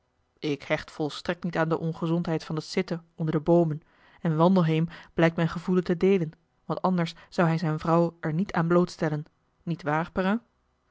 ik hecht volstrekt niet aan de ongezondheid van het zitten onder de boomen en wandelheem blijkt mijn gevoelen te deelen want anders zou hij zijn vrouw er niet aan blootstellen niet waar perrin